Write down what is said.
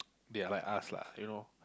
they are like us lah you know